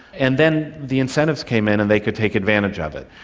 and then the incentives came in and they could take advantage of it.